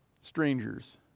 strangers